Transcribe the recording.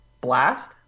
Blast